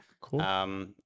cool